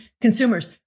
consumers